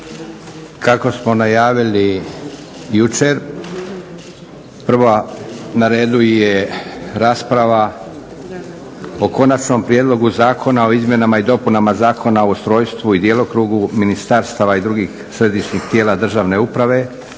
kako smo najavili jučer. Prva na redu je rasprava o - Konačni prijedlog Zakona o izmjenama i dopunama Zakona o ustrojstvu i djelokrugu ministarstava i drugih središnjih tijela državne uprave,